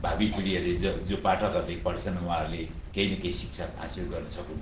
भावी पिँढीहरूले जो जो पाठकहरूले पढ्छन् उहाँहरूले केही न केही शिक्षा हासिल गर्न सकुन्